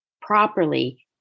properly